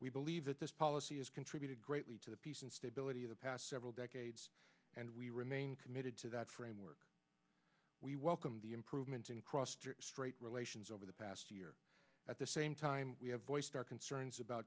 we believe that this policy has contributed greatly to the peace and stability of the past several decades and we remain committed to that framework we welcome the improvement in cross straight relations over the past year at the same time we have voiced our concerns about